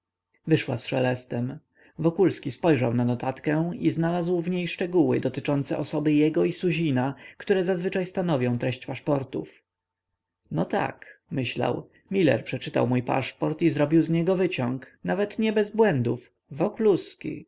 wyszła z szelestem wokulski spojrzał na notatkę i znalazł w niej szczegóły dotyczące osoby jego i suzina które zazwyczaj stanowią treść paszportów no tak myślał miler przeczytał mój paszport i zrobił z niego wyciąg nawet nie bez błędów